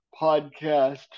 podcast